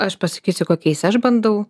aš pasakysiu kokiais aš bandau